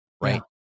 right